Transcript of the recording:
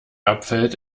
abfällt